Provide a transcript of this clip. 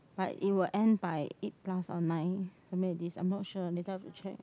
but it will end by eight plus or nine familiar with this I'm not sure later I have to check